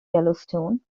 yellowstone